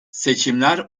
seçimler